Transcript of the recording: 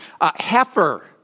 Heifer